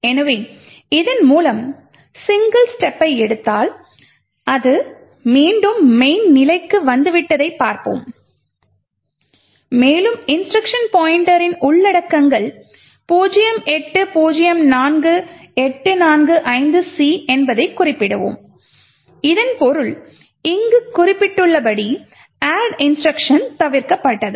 எனவே இதன் மூலம் சிங்கிள் ஸ்டேப்பை எடுத்தால் அது மீண்டும் main நிலைக்கு வந்துவிட்டதைப் பார்ப்போம் மேலும் இன்ஸ்ட்ருக்ஷன் பாய்ண்ட்டரின் உள்ளடக்கங்கள் 0804845C என்பதைக் குறிப்பிடுவோம் இதன் பொருள் இங்கு குறிப்பிடப்பட்டுள்ள அட்ட் இன்ஸ்ட்ருக்ஷன் தவிர்க்கப்பட்டது